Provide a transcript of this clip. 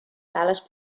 sales